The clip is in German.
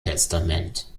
testament